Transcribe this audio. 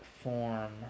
form